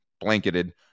blanketed